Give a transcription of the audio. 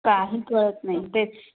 काही कळत नाही तेच